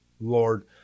Lord